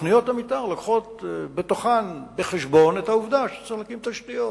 תוכניות המיתאר לוקחות בתוכן בחשבון את העובדה שצריך להקים תשתיות